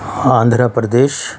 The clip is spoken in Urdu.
آندھر پردیش